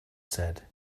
said